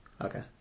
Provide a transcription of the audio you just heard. Okay